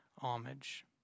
homage